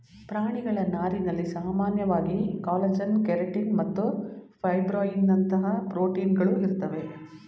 ಪ್ರಾಣಿಗಳ ನಾರಿನಲ್ಲಿ ಸಾಮಾನ್ಯವಾಗಿ ಕಾಲಜನ್ ಕೆರಟಿನ್ ಮತ್ತು ಫೈಬ್ರೋಯಿನ್ನಂತಹ ಪ್ರೋಟೀನ್ಗಳು ಇರ್ತವೆ